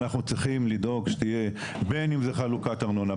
אנחנו צריכים לדאוג שתהיה בין אם זה חלוקת ארנונה.